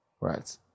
right